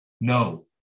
No